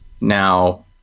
Now